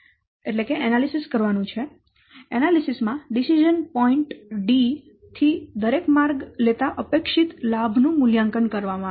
વિશ્લેષણ માં decision point D થી દરેક માર્ગ લેતા અપેક્ષિત લાભ નું મૂલ્યાંકન કરવામાં આવે છે